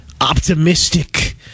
optimistic